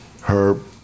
herb